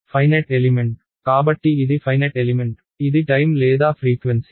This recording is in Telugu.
ఫైనెట్ ఎలిమెంట్ కాబట్టి ఇది ఫైనెట్ ఎలిమెంట్ ఇది టైమ్ లేదా ఫ్రీక్వెన్సీ